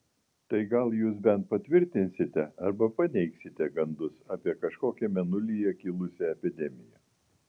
tai gal jūs bent patvirtinsite arba paneigsite gandus apie kažkokią mėnulyje kilusią epidemiją